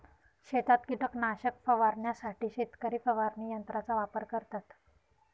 शेतात कीटकनाशक फवारण्यासाठी शेतकरी फवारणी यंत्राचा वापर करतात